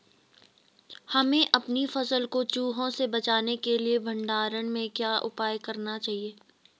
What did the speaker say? हमें अपनी फसल को चूहों से बचाने के लिए भंडारण में क्या उपाय करने चाहिए?